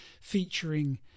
featuring